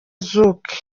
zouk